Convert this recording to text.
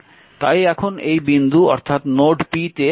তাই এখন এই বিন্দু অর্থাৎ নোড p তে KCL প্রয়োগ করতে হবে